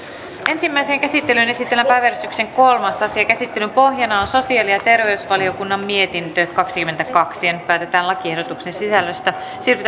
ensimmäiseen käsittelyyn esitellään päiväjärjestyksen kolmas asia käsittelyn pohjana on sosiaali ja terveysvaliokunnan mietintö kaksikymmentäkaksi nyt päätetään lakiehdotuksen sisällöstä siirrytään